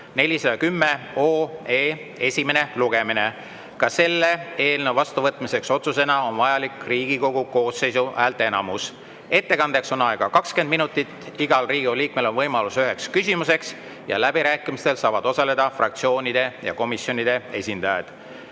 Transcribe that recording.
410 esimene lugemine. Ka selle eelnõu vastuvõtmiseks otsusena on vajalik Riigikogu koosseisu häälteenamus. Ettekandeks on aega 20 minutit, igal Riigikogu liikmel on võimalus esitada üks küsimus ning läbirääkimistel saavad osaleda fraktsioonide ja komisjonide esindajad.